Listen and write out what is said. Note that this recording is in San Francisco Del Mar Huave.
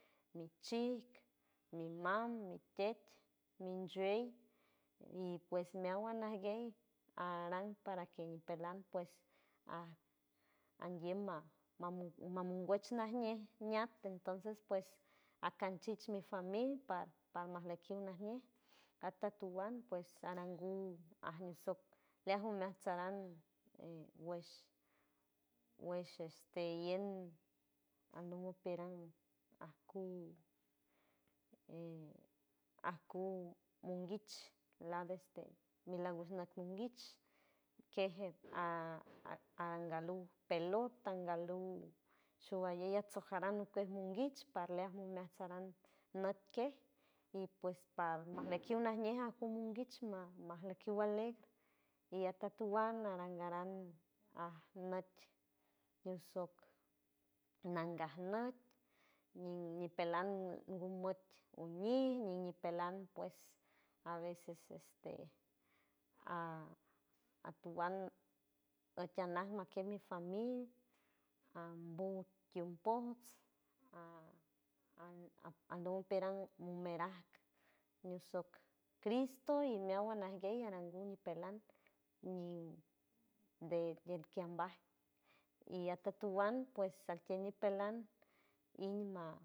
Mi chijk, mi mam, mi tet, mi nchuey y pues meawan ajguey aran para que ñipelan pues aj andiem ma- ma- monguech najñe ñat entonce pues akanchich mi famil parma parmajleck kiw najñe atatuan pues aranguw aj mi sock leaj omeats aran wesh wesh este ien anok piran ajku e ajku monguich lad este mi lagush not monguich kej angaluw pelota, angaluw showalley at sojaran ukuej monguich parleaj mumeajts saran nüt kej y pues par majmekiw najñe jaju monguich maj- majlekiw alek y atatuan aran garan aj nüt ñusock nangaj nüt ñi-ñipelan gumot oñi ñi-ñipelan pues a veces este a- atuan ütianaj makiej mi famil ambuw kiw impojts an- andoj piran mumeraj ñusock cristo y meawan ajguey aranguw ñipelan ñi de kier kiambaj iyac atatúan pues altiel ñipelan ima.